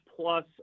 Plus